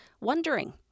wondering